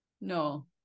No